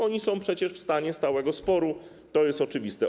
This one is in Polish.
Oni są przecież w stanie stałego sporu, to jest oczywiste.